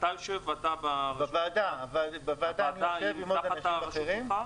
בוועדה אני יושב עם אנשים אחרים.